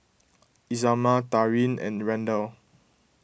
Isamar Taryn and Randal